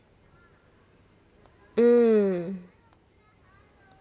mm